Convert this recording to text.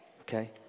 okay